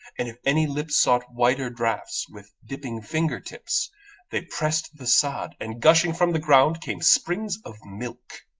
and if any lips sought whiter draughts, with dipping finger-tips they pressed the sod, and gushing from the ground came springs of milk.